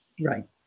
Right